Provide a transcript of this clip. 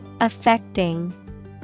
Affecting